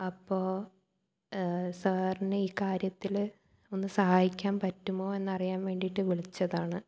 അപ്പോൾ സാറിന് ഈ കാര്യത്തിൽ ഒന്നു സഹായിക്കാൻ പറ്റുമോ എന്നറിയാൻ വേണ്ടിയിട്ട് വിളിച്ചതാണ്